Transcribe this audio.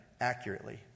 accurately